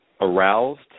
aroused